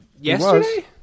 Yesterday